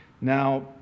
Now